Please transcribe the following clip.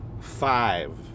Five